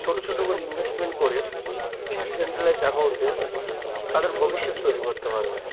ছোট ছোট করে ইনভেস্টমেন্ট করে ডিসেন্ট্রালাইজড অ্যাকাউন্টে তাদের ভবিষ্যৎ তৈরি করতে পারবে